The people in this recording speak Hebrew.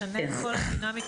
משנה את כל הדינמיקה.